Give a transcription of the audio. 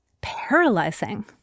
paralyzing